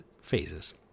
phases